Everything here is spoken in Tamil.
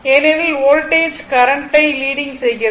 ஏனெனில் வோல்டேஜ் கரண்ட்டை லீடிங் செய்கிறது